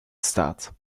staat